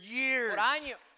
years